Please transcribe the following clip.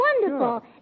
wonderful